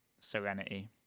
serenity